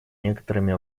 некоторыми